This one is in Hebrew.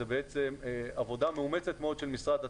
זאת בעצם עבודה מאומצת מאוד של משרד התקשורת,